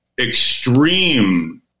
extreme